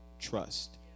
Trust